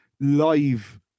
live